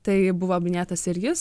tai buvo minėtas ir jis